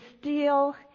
steel